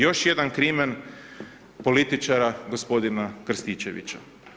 Još jedan krimen političara gospodina Krstičevića.